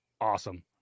awesome